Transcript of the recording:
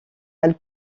elle